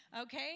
okay